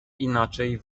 inaczej